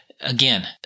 again